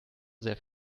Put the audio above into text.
sehr